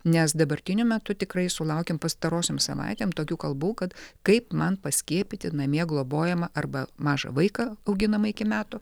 nes dabartiniu metu tikrai sulaukėm pastarosiom savaitėm tokių kalbų kad kaip man paskiepyti namie globojamą arba mažą vaiką auginamą iki metų